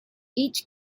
each